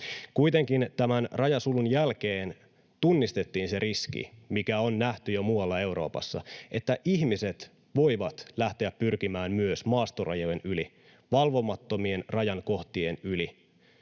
Kuitenkin tämän rajasulun jälkeen tunnistettiin se riski, mikä on nähty jo muualla Euroopassa, että ihmiset voivat lähteä pyrkimään myös maastorajojen yli, valvomattomien rajan kohtien yli